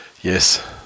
yes